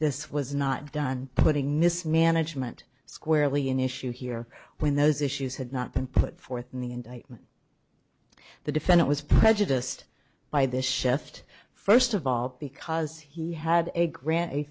this was not done putting mismanagement squarely an issue here when those issues had not been put forth in the indictment the defendant was prejudiced by this shift first of all because he had a grant a